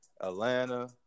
Atlanta